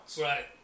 Right